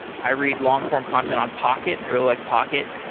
i read long form content on pocket, and i really like pocket.